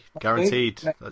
guaranteed